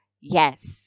yes